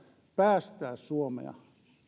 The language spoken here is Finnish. päästää tähän tilanteeseen